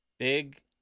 Big